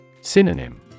Synonym